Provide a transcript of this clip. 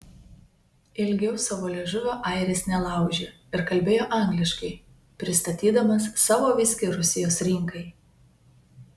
ilgiau savo liežuvio airis nelaužė ir kalbėjo angliškai pristatydamas savo viskį rusijos rinkai